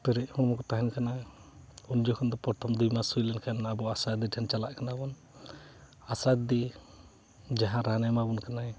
ᱛᱟᱦᱮᱸ ᱠᱟᱱᱟ ᱩᱱ ᱡᱚᱠᱷᱚᱱ ᱫᱚ ᱯᱨᱚᱛᱷᱚᱢ ᱫᱤᱱᱢᱟᱥ ᱦᱩᱭ ᱞᱮᱱᱠᱷᱟᱱ ᱟᱵᱚ ᱟᱥᱟ ᱫᱤᱫᱤᱢᱚᱱᱤ ᱴᱷᱮᱱ ᱪᱟᱞᱟᱜ ᱠᱟᱱᱟ ᱵᱚᱱ ᱟᱥᱟ ᱫᱤ ᱡᱟᱦᱟᱸ ᱨᱟᱱᱮ ᱮᱢᱟᱵᱚᱱ ᱠᱟᱱᱟᱭ